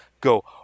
go